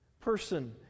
person